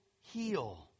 heal